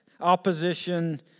Opposition